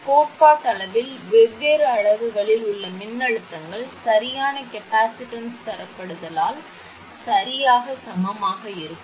கோட்பாட்டளவில் வெவ்வேறு அலகுகளில் உள்ள மின்னழுத்தங்கள் சரியான கெப்பாசிட்டன்ஸ் தரப்படுத்தலால் சரியாக சமமாக இருக்கும்